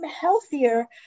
healthier